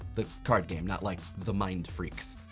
the card game, not like the mind freaks.